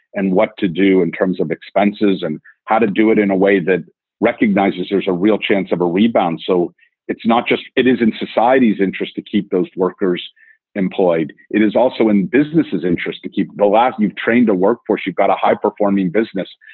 and what to do in terms of expenses and how to do it in a way that recognizes there's a real chance of a rebound. so it's not just it is in society's interest to keep those workers employed. it is also in businesses interest to keep the last you've trained a workforce, you've got a high performing business.